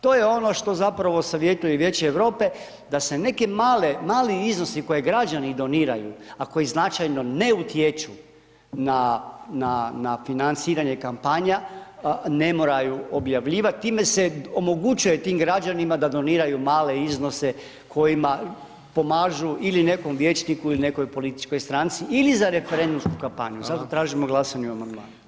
To je ono što zapravo savjetuje i Vijeće Europe, da se neki mali iznosi, koje građani doniraju, a koji značajno ne utječu na financiranje kampanja, ne moraju objavljivati, time se omogućuju tim građanima da doniraju male iznose, kojima pomažu ili nekom vijećniku ili nekoj političkoj stranci ili za referendumsku kampanju, zato tražimo glasanje o amandmanu.